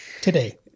today